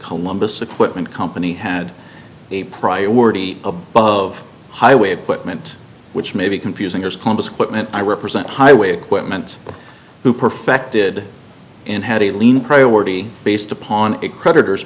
columbus equipment company had a priority above highway put mint which may be confusing as columbus equipment i represent highway equipment who perfected and had a lien priority based upon a creditor